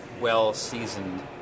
well-seasoned